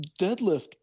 deadlift